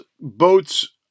boats